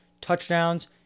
touchdowns